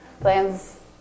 plans